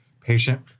patient